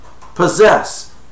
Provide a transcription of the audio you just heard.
possess